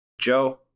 Joe